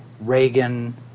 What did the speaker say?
Reagan